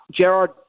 Gerard